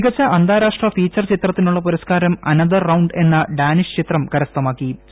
മികച്ച അന്താരാഷ്ട്ര ഫീച്ചർ ചിത്രത്തിനുള്ള പുരസ്കാരം അനദർ റൌണ്ട് എന്ന ഡാനിഷ് ചിത്രം നേടി